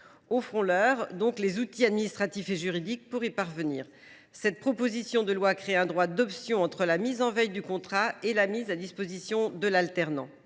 Offrons leur les outils administratifs et juridiques pour y parvenir. Cette proposition de loi crée un droit d’option entre la mise en veille du contrat et la mise à disposition de l’alternant